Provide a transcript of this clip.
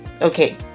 Okay